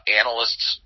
analysts